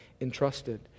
entrusted